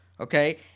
Okay